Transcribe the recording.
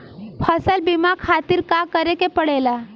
फसल बीमा खातिर का करे के पड़ेला?